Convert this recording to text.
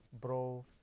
bro